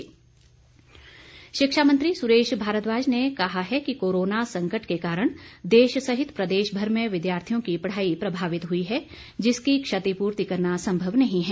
सुरेश भारद्वाज शिक्षा मंत्री सुरेश भारद्वाज ने कहा है कि कोरोना संकट के कारण देश सहित प्रदेशभर में विद्यार्थियों की पढ़ाई प्रभावित हुई है जिसकी क्षतिपूर्ति करना संभव नहीं है